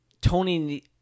Tony